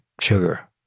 sugar